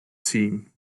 team